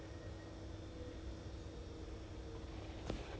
mm I saw the news 那个 the two thousand five hundrend dollars [one] is it